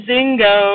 Zingo